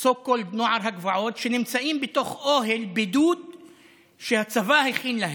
ב-so called נוער הגבעות שנמצאים בתוך אוהל בידוד שהצבא הכין להם.